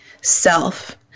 self